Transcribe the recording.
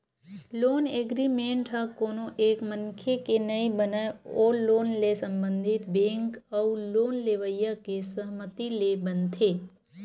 loan agreement ह कोनो एक मनखे के नइ बनय ओ लोन ले संबंधित बेंक अउ लोन लेवइया के सहमति ले बनथे